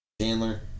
Chandler